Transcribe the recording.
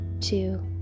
two